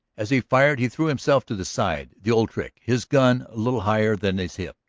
as he fired he threw himself to the side, the old trick, his gun little higher than his hip,